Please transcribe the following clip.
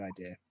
idea